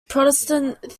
protestant